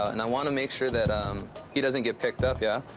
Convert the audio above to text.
and i want to make sure that um he doesn't get picked up, yeah?